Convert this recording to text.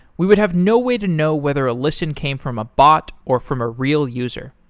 we would have no way to know whether a listen came from a bot, or from a real user.